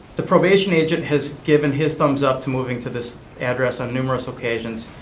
the probation agent has given his thumbs up to moving to this address on numerous occasions.